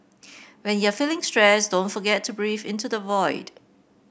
when you are feeling stressed don't forget to breathe into the void